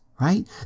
right